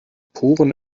poren